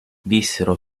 vissero